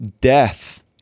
death